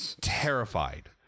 terrified